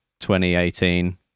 2018